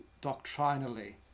doctrinally